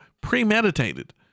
premeditated